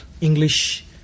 English